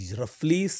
roughly